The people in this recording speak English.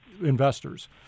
investors